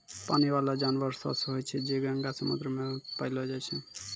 पानी बाला जानवर सोस होय छै जे गंगा, समुन्द्र मे पैलो जाय छै